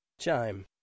Chime